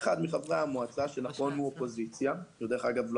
אחד מחברי המועצה שהוא מהאופוזיציה ואגב,